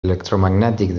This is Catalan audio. electromagnètic